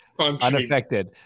unaffected